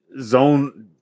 zone